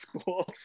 schools